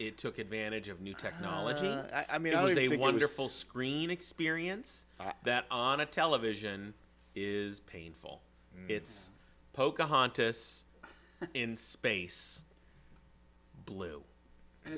it took advantage of new technology i mean i did a wonderful screen experience that on a television is painful it's pocahontas in space blue and